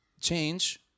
change